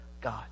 God